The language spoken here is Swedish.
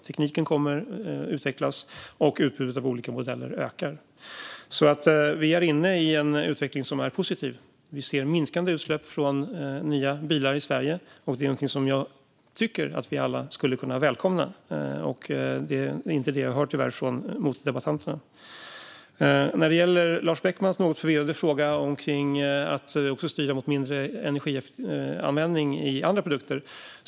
Tekniken kommer att utvecklas, och utbudet av olika modeller ökar. Vi är inne i en positiv utveckling. Vi ser minskande utsläpp från nya bilar i Sverige, och det tycker jag att vi alla borde kunna välkomna. Tyvärr är det inte det jag hör från meddebattörerna. Lars Beckman hade en något förvirrad fråga om att man ska styra mot mindre energianvändning av andra produkter.